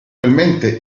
attualmente